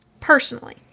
Personally